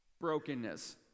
brokenness